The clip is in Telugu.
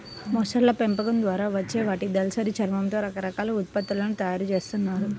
మొసళ్ళ పెంపకం ద్వారా వచ్చే వాటి దళసరి చర్మంతో రకరకాల ఉత్పత్తులను తయ్యారు జేత్తన్నారు